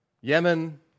Yemen